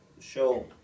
show